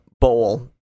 bowl